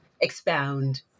expound